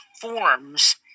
forms